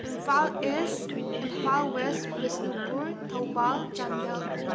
Imphal is Imphal west Bishnupur Thoubal Chandel